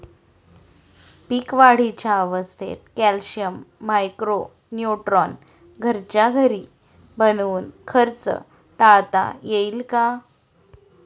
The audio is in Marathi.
पीक वाढीच्या अवस्थेत कॅल्शियम, मायक्रो न्यूट्रॉन घरच्या घरी बनवून खर्च टाळता येईल का?